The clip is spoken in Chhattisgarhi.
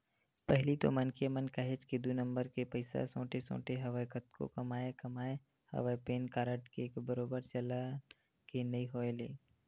पहिली तो मनखे मन काहेच के दू नंबर के पइसा सोटे सोटे हवय कतको कमाए कमाए हवय पेन कारड के बरोबर चलन के नइ होय ले